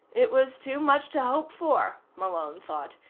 it was too much to hope for, malone thought.